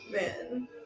Man